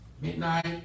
midnight